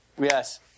yes